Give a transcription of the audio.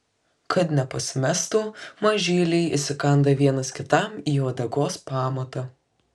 kad nepasimestų mažyliai įsikanda vienas kitam į uodegos pamatą